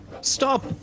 Stop